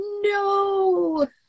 No